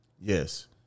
Yes